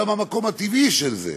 שם המקום הטבעי של זה,